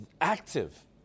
active